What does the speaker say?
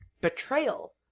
betrayal